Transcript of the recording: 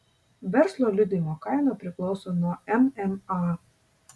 verslo liudijimo kaina priklauso nuo mma